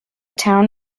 town